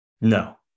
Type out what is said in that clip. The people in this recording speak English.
No